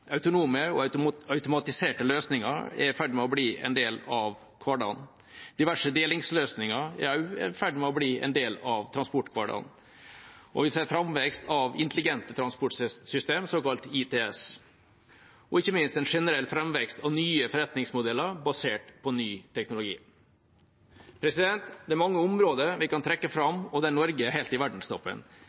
Autonome og automatiserte løsninger er i ferd med å bli en del av hverdagen. Diverse delingsløsninger er også i ferd med å bli en del av transporthverdagen, og vi ser framvekst av intelligente transportsystem, såkalt ITS, og ikke minst en framvekst av nye forretningsmodeller basert på ny teknologi. Det er mange områder vi kan trekke fram der Norge er helt i verdenstoppen,